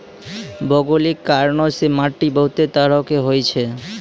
भौगोलिक कारणो से माट्टी बहुते तरहो के होय छै